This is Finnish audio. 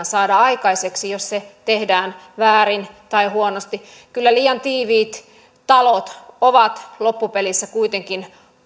saada aikaiseksi jos se tehdään väärin tai huonosti kyllä liian tiiviit talot ovat loppupelissä kuitenkin